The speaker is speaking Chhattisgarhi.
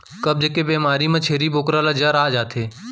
कब्ज के बेमारी म छेरी बोकरा ल जर आ जाथे